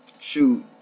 Shoot